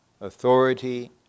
authority